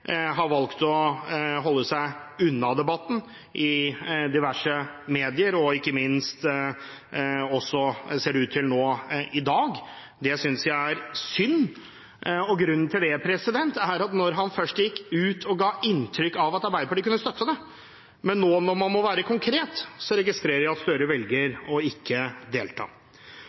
har valgt å holde seg unna debatten i diverse medier, og – ikke minst, ser det ut til – også nå i dag. Det synes jeg er synd. Grunnen til det er at han først gikk ut og ga inntrykk av at Arbeiderpartiet kunne støtte det, men nå når man må være konkret, registrerer jeg at Gahr Støre velger